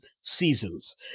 seasons